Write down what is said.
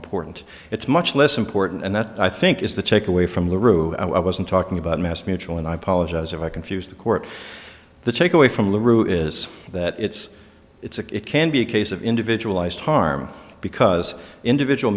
important it's much less and and that i think is the take away from the rw i wasn't talking about mass mutual and i apologize if i confused the court the take away from the rule is that it's it's a it can be a case of individual iced harm because individual